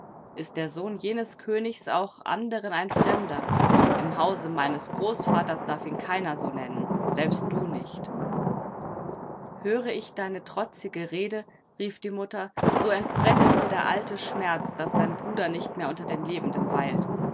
ist der sohn jenes königs auch anderen ein fremder im hause meines großvaters darf ihn keiner so nennen selbst du nicht höre ich deine trotzige rede rief die mutter so entbrennt in mir der alte schmerz daß dein bruder nicht mehr unter den lebenden weilt